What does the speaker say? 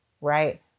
right